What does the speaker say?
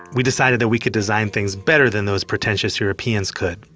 we decided that we could design things better than those pretentious europeans could,